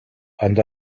and